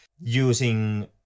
using